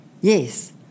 Yes